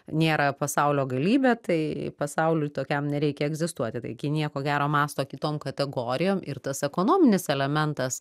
nėra pasaulio galybė tai pasauliui tokiam nereikia egzistuoti tai kinija ko gero mąsto kitom kategorijom ir tas ekonominis elementas